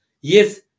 Yes